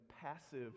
passive